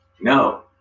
No